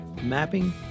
mapping